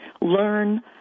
learn